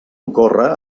ocórrer